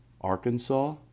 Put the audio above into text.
Arkansas